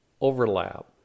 overlap